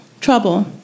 trouble